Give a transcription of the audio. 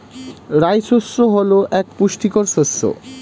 রাই শস্য হল এক পুষ্টিকর শস্য